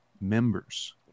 members